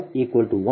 85 10sin 5